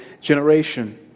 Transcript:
generation